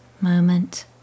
moment